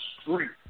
street